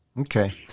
Okay